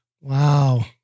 wow